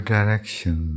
direction